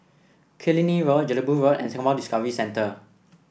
Killiney Road Jelebu Road and Singapore Discovery Centre